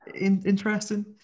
interesting